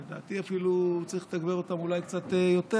לדעתי אפילו צריך לתגבר אותם אולי קצת יותר.